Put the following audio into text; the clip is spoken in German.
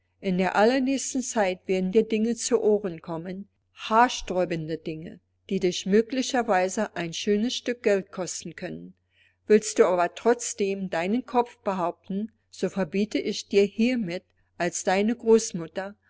in der allernächsten zeit werden dir dinge zu ohren kommen haarsträubende dinge die dich möglicherweise ein schönes stück geld kosten können willst du aber trotzdem deinen kopf behaupten so verbiete ich dir hiermit als deine großmutter